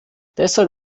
deshalb